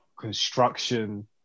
construction